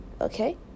okay